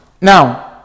Now